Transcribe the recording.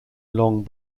long